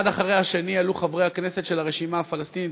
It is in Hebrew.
אחד אחרי השני עלו חברי הכנסת של הרשימה הפלסטינית